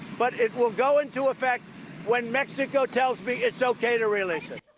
but it will go into effect when mexico tells me it's okay to release it.